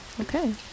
okay